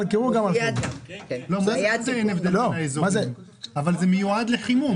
אבל זה מיועד לחימום.